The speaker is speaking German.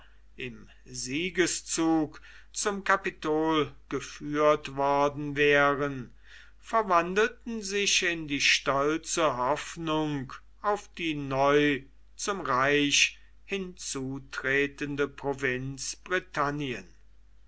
im siegeszug zum kapitol geführt worden wären verwandelten sich in die stolze hoffnung auf die neu zum reich hinzutretende provinz britannien